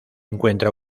encuentra